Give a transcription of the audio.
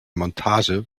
montage